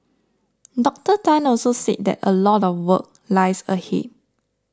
Doctor Tan also said that a lot of work lies ahead